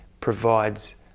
provides